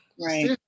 Right